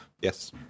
yes